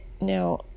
now